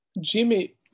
Jimmy